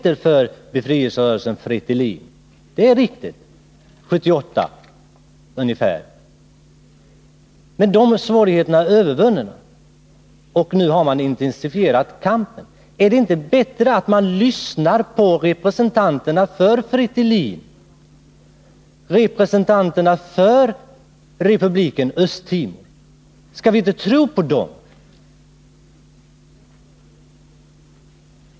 Under de åren hade motståndsrörelsen Fretilin vissa svårigheter. Men dessa svårigheter är övervunna, och nu har man intensifierat kampen. Är det inte bättre att vi lyssnar till representanterna för Fretilin och för republiken Nr 146 Östra Timor? Skall vi inte tro på dem?